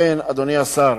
לכן, אדוני השר,